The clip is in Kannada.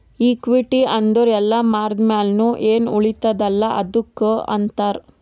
ಇಕ್ವಿಟಿ ಅಂದುರ್ ಎಲ್ಲಾ ಮಾರ್ದ ಮ್ಯಾಲ್ನು ಎನ್ ಉಳಿತ್ತುದ ಅಲ್ಲಾ ಅದ್ದುಕ್ ಅಂತಾರ್